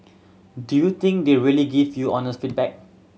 do you think they really give you honest feedback